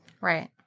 Right